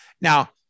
Now